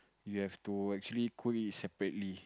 you have to actually cook it separately